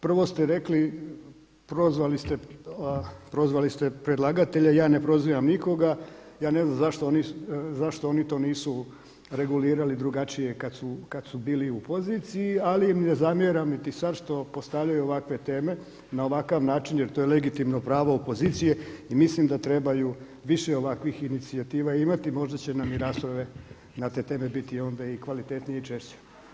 Prvo ste rekli, prozvali ste predlagatelja, ja ne prozivam nikoga, ja ne znam zašto oni to nisu regulirali drugačije kad su bili u poziciji, ali im ne zamjeram ni sad što postavljaju ovakve teme na ovakav način jer je to je legitimno pravo opozicije i mislim da trebaju više ovakvih inicijativa imati možda će nam i rasprave na te teme biti onda i kvalitetnije i češće.